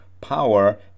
power